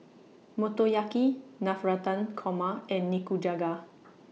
Motoyaki Navratan Korma and Nikujaga